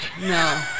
No